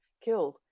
killed